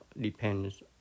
depends